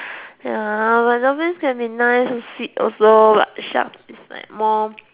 ya but dolphins can be nice and feed also but sharks it's like more